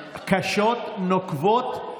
נוקבות,